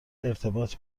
ارتباط